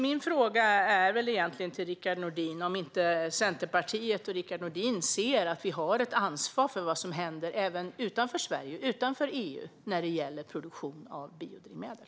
Min fråga till Rickard Nordin är väl därför om inte Centerpartiet och Rickard Nordin ser att vi har ett ansvar för vad som händer även utanför Sverige och EU när det gäller produktion av biodrivmedel.